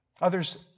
Others